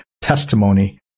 testimony